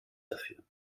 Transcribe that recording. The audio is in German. dafür